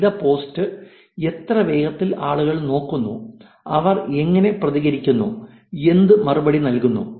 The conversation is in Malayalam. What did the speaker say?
ചെയ്ത പോസ്റ്റ് എത്ര വേഗത്തിൽ ആളുകൾ നോക്കുന്നു അവർ എങ്ങനെ പ്രതികരിക്കുന്നു എന്തു മറുപടി നൽകുന്നു